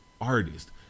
artist